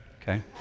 Okay